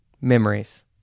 memories